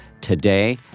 today